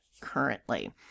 currently